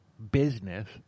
business